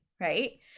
right